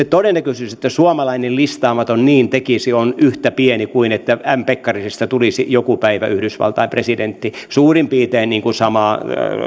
todennäköisyys että suomalainen listaamaton niin tekisi on yhtä pieni kuin että m pekkarisesta tulisi joku päivä yhdysvaltain presidentti suurin piirtein samaa